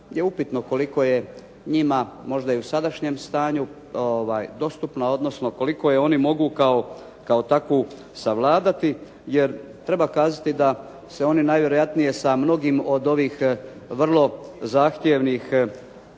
je upitno koliko je njima možda i u sadašnjem stanju dostupna, odnosno koliko je oni mogu kao takvu savladati jer treba kazati da se oni najvjerojatnije sa mnogim od ovih vrlo zahtjevnih,